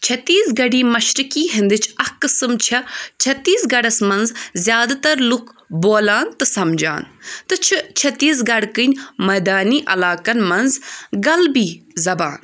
چھتیٖس گڑی مَشریی ہِندٕچ أکھ قٕسم چھ چھتیٖس گَڑَس منٛز زٕیادٕ تر لُکھ بولان تہٕ سَمجان تہٕ چھ چھتیٖس گَڑکٕن مَدانی علاقَن منٛز غلبی زَبان